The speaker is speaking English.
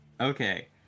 Okay